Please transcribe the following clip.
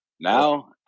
Now